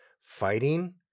fighting